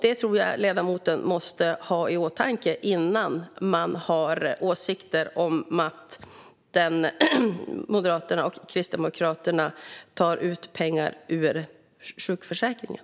Det tror jag att ledamoten måste ha i åtanke innan hon har åsikter om att Moderaterna och Kristdemokraterna tar ut pengar ur sjukförsäkringen.